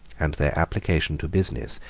and their application to business,